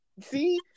See